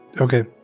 Okay